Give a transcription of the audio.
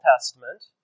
Testament